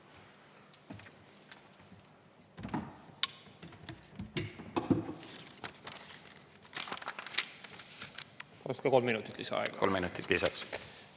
Palun ka kolm minutit lisaaega. Kolm minutit lisaks.